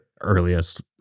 earliest